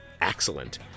excellent